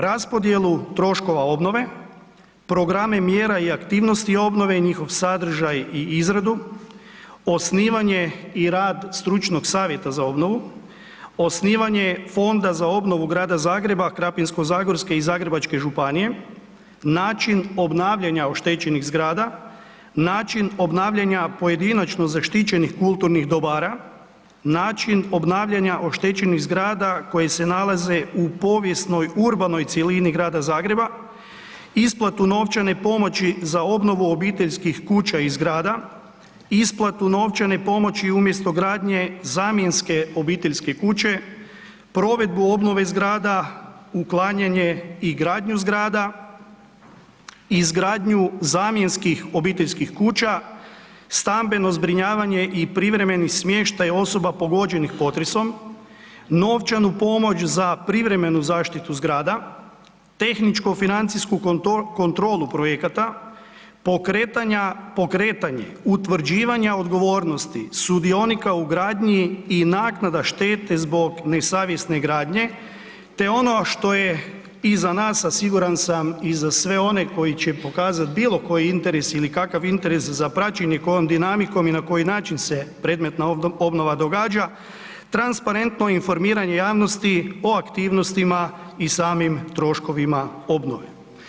Raspodjelu troškova obnove, programe mjera i aktivnosti obnove i njihov sadržaj i izradu, osnivanje i rad stručnog Savjeta za obnovu, osnivanje Fonda za obnovu Grada Zagreba, Krapinsko-zagorske i Zagrebačke županije, način obnavljanja oštećenih zgrada, način obnavljanja pojedinačno zaštićenih kulturnih dobara, način obnavljanja oštećenih zgrada koje se nalaze u povijesnoj urbanoj cjelini Grada Zagreba, isplatu novčane pomoći za obnovu obiteljskih kuća i zgrada, isplatu novčane pomoći umjesto gradnje zamjenske obiteljske kuće, provedbu obnove zgrada, uklanjanje i gradnju zgrada, izgradnju zamjenskih obiteljskih kuća, stambeno zbrinjavanje i privremeni smještaj osoba pogođenih potresom, novčanu pomoć za privremenu zaštitu zgrada, tehničko-financijsku kontrolu projekata, pokretanje utvrđivanja odgovornosti sudionika u gradnji i naknada štete zbog nesavjesne gradnje, te ono što je i za nas, a siguran sam i za sve one koji će pokazat bilo koji interes ili kakav interes za praćenje kojom dinamikom i na koji način se predmetna obnova događa, transparentno informiranje javnosti o aktivnostima i samim troškovima obnove.